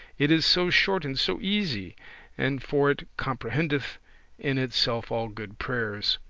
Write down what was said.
it is so short and so easy and for it comprehendeth in itself all good prayers.